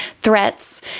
threats